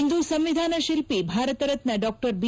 ಇಂದು ಸಂವಿಧಾನಶಿಲ್ಪಿ Bharat Ratna Dr B